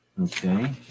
Okay